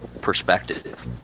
perspective